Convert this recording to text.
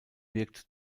wirkt